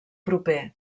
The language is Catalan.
proper